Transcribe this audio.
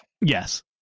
Yes